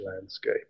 landscape